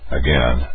again